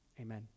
Amen